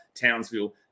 Townsville